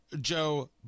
Joe